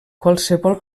qualsevol